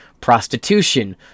prostitution